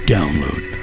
Download